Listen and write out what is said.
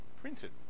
printed